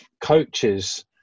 coaches